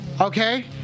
Okay